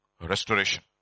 restoration